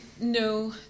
No